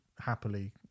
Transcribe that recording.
happily